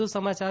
વધુ સમાચાર